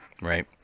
right